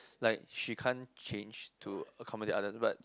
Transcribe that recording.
like she can't change to accommodate other but